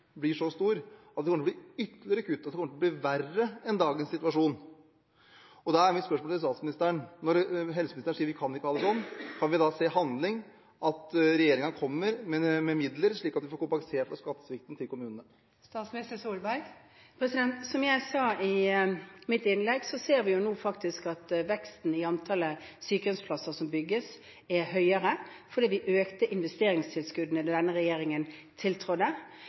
blir så stor, kommer det til å bli ytterligere kutt. Det kommer til å bli verre enn dagens situasjon. Da er mitt spørsmål til statsministeren: Når helseministeren sier at vi ikke kan ha det sånn, kan vi da få se handling – at regjeringen kommer med midler slik at vi får kompensert for skattesvikten til kommunene? Som jeg sa i mitt innlegg, ser vi nå faktisk at veksten i antallet sykehjemsplasser som bygges, er høyere, fordi vi økte investeringstilskuddene da denne regjeringen tiltrådte.